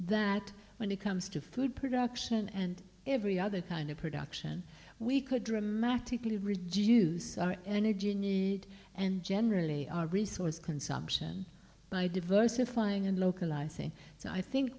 that when it comes to food production and every other kind of production we could dramatically reduce our energy and generally our resource consumption by diversifying